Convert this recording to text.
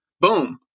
Boom